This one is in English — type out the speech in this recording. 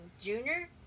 Junior